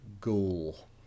ghoul